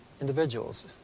individuals